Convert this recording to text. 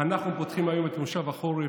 אנחנו פותחים היום את מושב החורף,